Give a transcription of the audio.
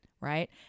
right